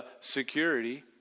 security